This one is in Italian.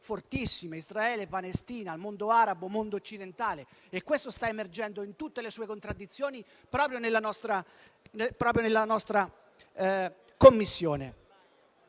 fortissime (Israele-Palestina, mondo arabo-mondo occidentale), e questo sta emergendo in tutte le sue contraddizioni proprio nella nostra Commissione.